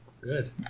Good